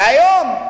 והיום,